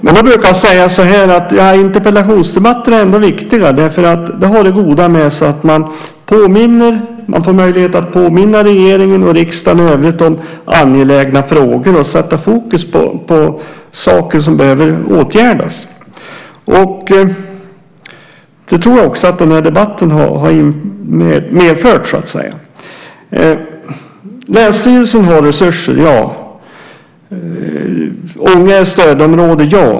Men då brukar jag säga att interpellationsdebatter ändå är viktiga eftersom de har det goda med sig att man får möjlighet att påminna regeringen och riksdagen i övrigt om angelägna frågor och sätta fokus på saker som behöver åtgärdas. Det tror jag att den här debatten också har medfört. Länsstyrelsen har resurser - ja. Ånge är ett stödområde - ja.